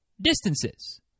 distances